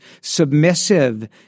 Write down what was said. submissive